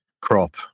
crop